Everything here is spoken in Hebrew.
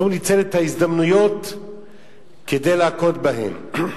הוא ניצל את ההזדמנויות כדי להכות בהם.